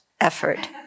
Effort